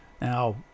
Now